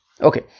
Okay